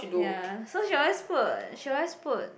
ya so she always put she always put